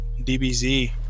DBZ